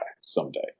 someday